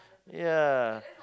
ya